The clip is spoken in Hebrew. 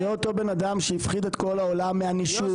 זה אותו בן אדם שהפחיד את כל העולם מהנישוב.